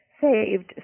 saved